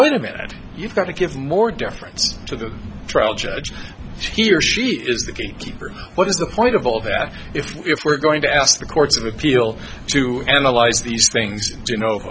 wait a minute you've got to give more deference to the trial judge he or she is the gatekeeper what is the point of all that if if we're going to yes the courts of appeal to analyze these things you know